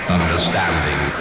understanding